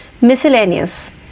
miscellaneous